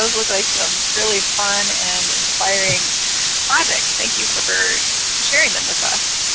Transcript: look like some really fun and inspiring projects. thank you for for sharing them with us,